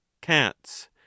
cats